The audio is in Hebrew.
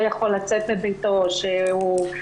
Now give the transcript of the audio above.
יכול לצאת מביתו או שהוא נאלץ לדחות את זה.